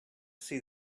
see